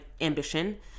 ambition